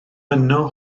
yno